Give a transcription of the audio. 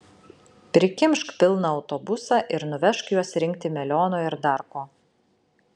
prikimšk pilną autobusą ir nuvežk juos rinkti melionų ar dar ko